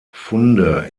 funde